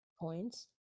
points